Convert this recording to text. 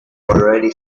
already